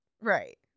right